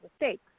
mistakes